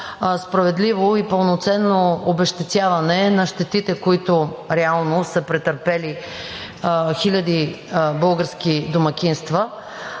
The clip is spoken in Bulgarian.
справедливо и пълноценно обезщетяване за щетите, които реално са претърпели хиляди български домакинства.